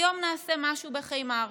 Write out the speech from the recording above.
היום נעשה משהו בחמר.